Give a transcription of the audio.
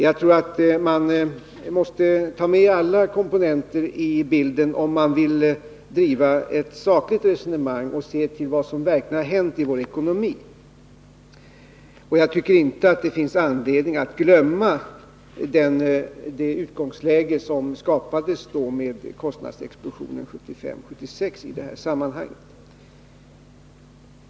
Jag tror att man måste ta med alla komponenter i bilden om man vill driva ett sakligt resonemang och se till vad som verkligen hänt i vår ekonomi. Jag tycker inte att det finns anledning att glömma det utgångsläge som skapades med kostnadsexplosionen 1975-1976.